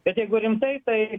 bet jeigu rimtai tai